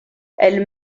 elle